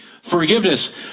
Forgiveness